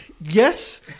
Yes